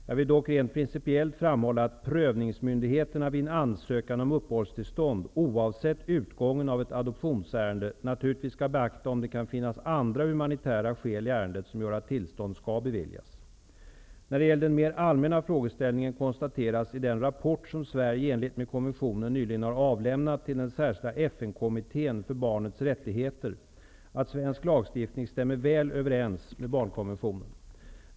Jag vill dock rent principiellt framhålla att prövningsmyndigheterna vid en ansökan om uppehållstillstånd, oavsett utgången av ett adoptionsärende, naturligtvis skall beakta om det kan finnas andra humanitära skäl i ärendet som gör att tillstånd skall beviljas. När det gäller den mera allmänna frågeställningen konstateras i den rapport som Sverige i enlighet med konventionen nyligen har avlämnat till den särskilda FN-kommittén för barnets rättigheter, att svensk lagstiftning stämmer väl överens med barnkonventionen.